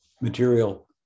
material